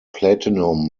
platinum